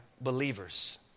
believers